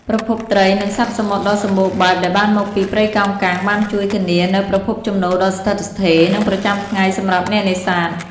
ប្រភពត្រី និងសត្វសមុទ្រដ៏សំបូរបែបដែលបានមកពីព្រៃកោងកាងបានជួយធានានូវប្រភពចំណូលដ៏ស្ថិតស្ថេរ និងប្រចាំថ្ងៃសម្រាប់អ្នកនេសាទ។